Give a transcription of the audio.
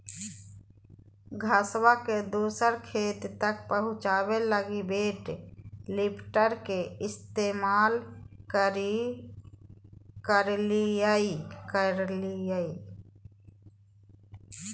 घसबा के दूसर खेत तक पहुंचाबे लगी वेट लिफ्टर के इस्तेमाल करलियै